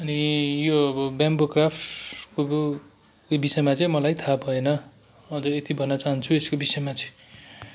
अनि यो अब बेम्बो क्राफ्टको यो विषयमा चाहिँ मलाई थाहा भएन अन्त यति भन्नु चाहन्छु यसको विषयमा चाहिँ